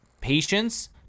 patience